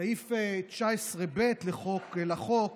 סעיף 19(ב) לחוק